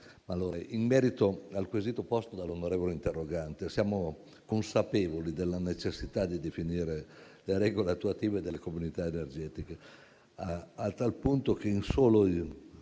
In merito al quesito posto dall'onorevole interrogante, che ringrazio, siamo consapevoli della necessità di definire le regole attuative delle comunità energetiche rinnovabili, a tal punto che in soli